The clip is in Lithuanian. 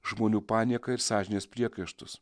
žmonių panieką ir sąžinės priekaištus